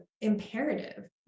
imperative